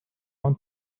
want